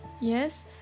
yes